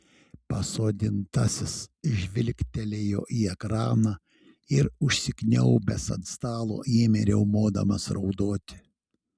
pasodintasis žvilgtelėjo į ekraną ir užsikniaubęs ant stalo ėmė riaumodamas raudoti